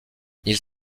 ils